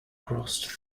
crossed